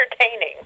entertaining